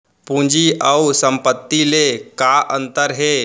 पूंजी अऊ संपत्ति ले का अंतर हे?